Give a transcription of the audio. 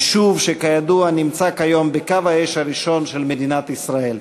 יישוב שכידוע נמצא כיום בקו האש הראשון של מדינת ישראל.